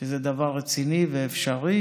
שזה דבר רציני ואפשרי,